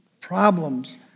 problems